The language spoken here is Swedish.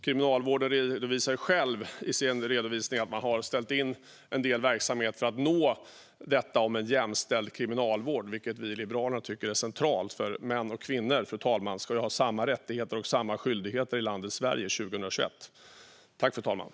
Kriminalvården redovisar själv att man har ställt in del verksamheter för att uppnå målet om en jämställd kriminalvård, vilket vi i Liberalerna tycker är centralt. Män och kvinnor ska nämligen ha samma rättigheter och samma skyldigheter i landet Sverige 2021, fru talman.